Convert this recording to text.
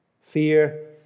Fear